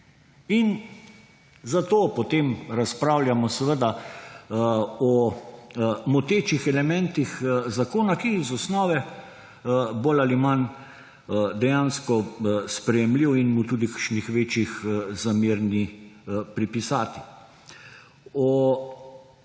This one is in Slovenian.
In zato potem razpravljamo seveda o motečih elementih zakona, ki je iz osnove bolj ali manj dejansko sprejemljiv in mu tudi kakšnih večjih zamer ni pripisati. O